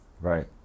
Right